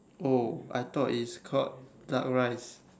oh I thought is called duck rice